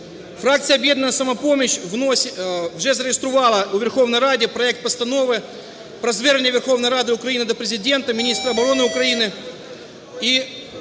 Фракція "Об'єднання "Самопоміч" вже зареєструвало у Верховній Раді проект Постанови про Звернення Верховної Ради України до Президента, міністра оборони України.